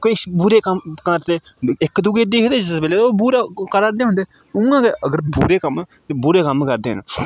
किश बुरे कम्म करदे इक दूऐ दिक्खदे जिस बेल्लै ओह् बुरा करा दे होंदे उ'आं गै अगर बुरे क'म्म बुरे क'म्म करदे न